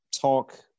talk